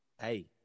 Hey